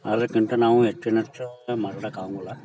ಅದಕ್ಕಿಂತ ನಾವು ಹೆಚ್ಚಿನ ಆಗಂಗಿಲ್ಲ